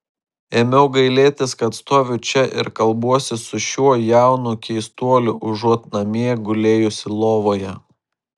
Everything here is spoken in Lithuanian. ėmiau gailėtis kad stoviu čia ir kalbuosi su šiuo jaunu keistuoliu užuot namie gulėjusi lovoje